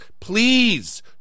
please